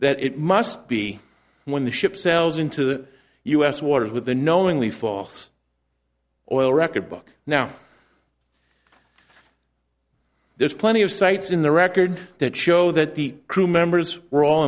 that it must be when the ship sells into the us waters with a knowingly false oil record book now there's plenty of sites in the record that show that the crew members